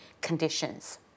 conditions